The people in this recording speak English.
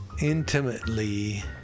intimately